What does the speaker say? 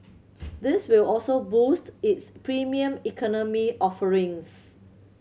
this will also boost its Premium Economy offerings